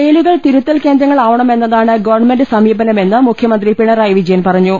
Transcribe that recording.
ജയിലുകൾ തിരുത്തൽ കേന്ദ്രങ്ങൾ ആവണമെന്നതാണ് ഗവർണമെന്റ് സമീപനമെന്നു മുഖ്യമന്ത്രി പിണറായി വിജയൻ പറഞ്ഞു